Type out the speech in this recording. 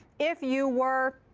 if you were